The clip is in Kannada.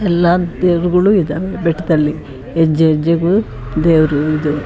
ಎಲ್ಲ ದೇವರುಗಳೂ ಇದ್ದಾವೆ ಬೆಟ್ಟದಲ್ಲಿ ಹೆಜ್ಜೆ ಹೆಜ್ಜೆಗೂ ದೇವರು ಇದು